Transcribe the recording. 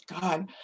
god